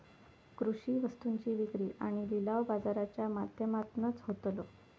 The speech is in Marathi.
कृषि वस्तुंची विक्री आणि लिलाव बाजाराच्या माध्यमातनाच होतलो